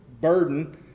burden